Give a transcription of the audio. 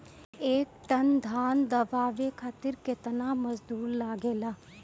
एक टन धान दवावे खातीर केतना मजदुर लागेला?